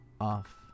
off